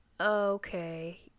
okay